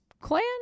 clan